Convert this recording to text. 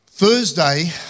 Thursday